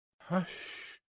Hush